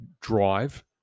drive